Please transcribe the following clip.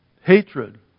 hatred